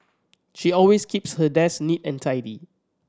she always keeps her desk neat and tidy